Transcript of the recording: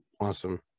Awesome